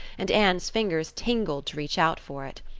and anne's fingers tingled to reach out for it.